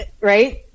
right